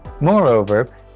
Moreover